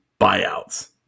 buyouts